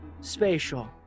spatial